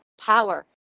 power